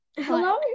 Hello